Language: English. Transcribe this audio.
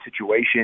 situation